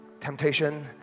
temptation